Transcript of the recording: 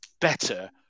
better